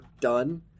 done